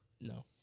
No